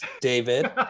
David